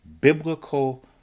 biblical